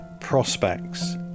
prospects